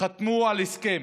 חתמו על הסכם.